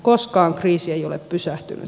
koskaan kriisi ei ole pysähtynyt